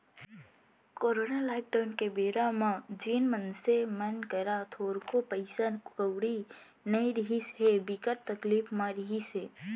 corona lockdown के बेरा म जेन मनसे मन करा थोरको पइसा कउड़ी नइ रिहिस हे, बिकट तकलीफ म रिहिस हे